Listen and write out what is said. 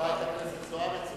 חברת הכנסת זוארץ,